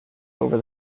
over